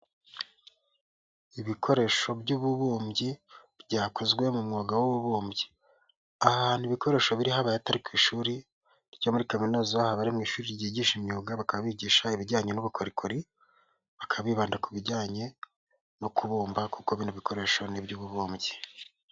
Ibikoresho by'ububumbyi byakozwe mu mwuga w'ububumbyi aha ahantu ibikoresho biri habaye atari ku ishuri ryo muri kaminuzabari mu ishuri ryigisha imyuga bakababigisha ibijyanye n'ubukorikori bakabibanda ku bijyanye no kubumba kuko ibindi bikoresho n'iby'ububumbyi.